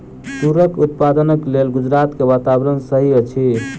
तूरक उत्पादनक लेल गुजरात के वातावरण सही अछि